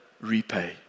repay